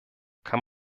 kann